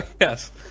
Yes